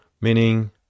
Meaning